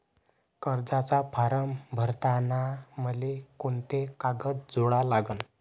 कर्जाचा फारम भरताना मले कोंते कागद जोडा लागन?